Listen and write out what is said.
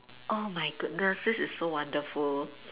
oh my goodness this is so wonderful